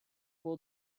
will